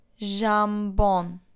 Jambon